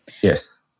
Yes